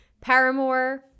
Paramore